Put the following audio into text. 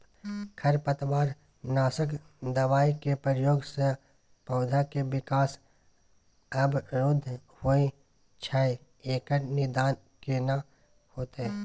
खरपतवार नासक दबाय के प्रयोग स पौधा के विकास अवरुध होय छैय एकर निदान केना होतय?